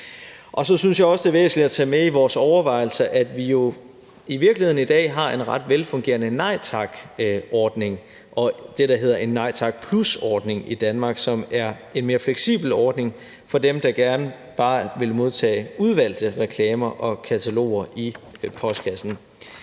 Så synes jeg også, det er væsentligt at tage med i vores overvejelser, at vi jo i virkeligheden i dag har en ret velfungerende Nej Tak-ordning og det, der hedder en Nej Tak+-ordning i Danmark, som er en mere fleksibel ordning for dem, der gerne bare vil modtage udvalgte reklamer og kataloger i postkassen.